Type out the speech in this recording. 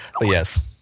yes